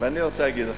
ואני רוצה להגיד לכם,